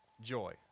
joy